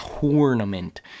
Tournament